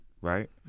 right